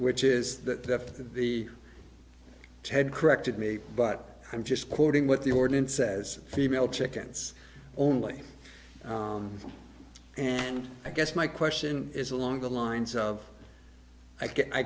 which is that the ted corrected me but i'm just quoting what the ordinance says female chickens only and i guess my question is along the lines of i